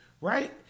Right